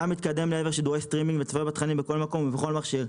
מתקדם לעבר שידורי סטרימינג ויצפה בתכנים בכל מקום ובכל מכשיר,